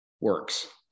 works